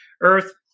earth